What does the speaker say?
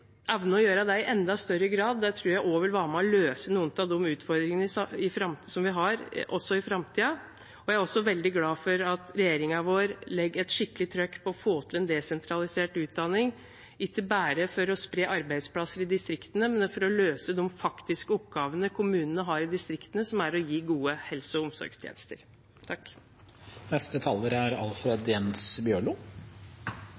gjøre det i enda større grad, tror jeg vil være med på å løse noen av de utfordringene vi også vil ha i framtiden. Jeg er også veldig glad for at regjeringen vår legger et skikkelig trykk på å få til en desentralisert utdanning, ikke bare for å spre arbeidsplasser i distriktene, men for å løse de faktiske oppgaven kommunene har i distriktene, som er å gi gode helse- og omsorgstjenester.